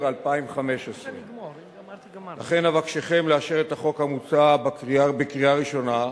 2015. לכן אבקשכם לאשר את החוק המוצע בקריאה ראשונה,